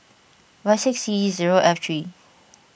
Y six C zero F three